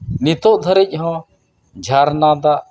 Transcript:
ᱱᱤᱛᱳᱜ ᱫᱷᱟᱹᱨᱤᱡ ᱦᱚᱸ ᱡᱷᱟᱨᱱᱟ ᱫᱟᱜ